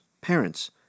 parents